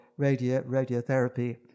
radiotherapy